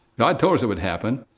god told us it would happen.